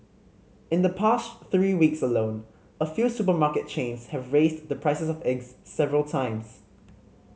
in the past three weeks alone a few supermarket chains have raised the prices of eggs several times